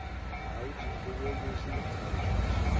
and clouds and bewilders the intelligence,